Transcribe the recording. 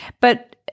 But-